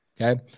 Okay